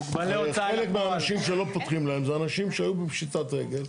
חלק מהאנשים שלא פותחים להם זה אנשים שהיו בפשיטת רגל,